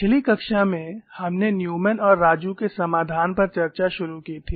पिछली कक्षा में हमने न्यूमैन और राजू के समाधान पर चर्चा शुरू की थी